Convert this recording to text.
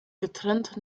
getrennt